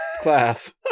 class